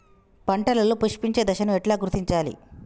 పంటలలో పుష్పించే దశను ఎట్లా గుర్తించాలి?